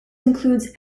includes